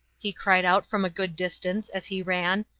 he cried out from a good distance as he ran,